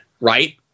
right